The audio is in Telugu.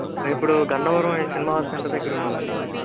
మేమిప్పుడు గన్నవరం అనే సినిమా హాల్ సెంటర్ దగ్గరున్నాము సార్